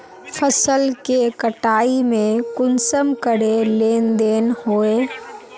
फसल के कटाई में कुंसम करे लेन देन होए?